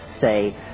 say